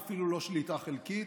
ואפילו לא שליטה חלקית.